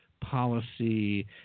policy